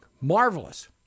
marvelous